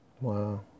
Wow